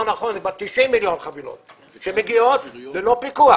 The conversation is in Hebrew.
נכון כי מדובר ב-90 מיליון חבילות שמגיעות ללא פיקוח.